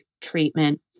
treatment